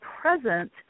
present